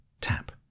Tap